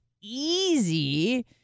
easy –